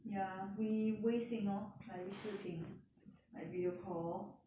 ya we 微信 lor like with 视频 like video call